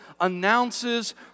announces